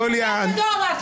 יוליה.